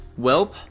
Welp